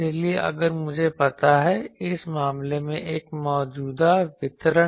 इसलिए अगर मुझे पता है इस मामले में एक मौजूदा वितरण